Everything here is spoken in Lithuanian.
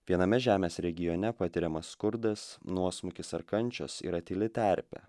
viename žemės regione patiriamas skurdas nuosmukis ar kančios yra tyli terpė